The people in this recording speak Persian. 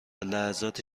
لحظات